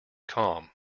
calm